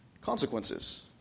consequences